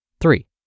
Three